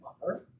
mother